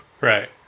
Right